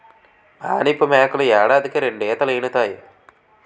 మానిపు మేకలు ఏడాదికి రెండీతలీనుతాయి